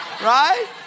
Right